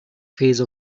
phase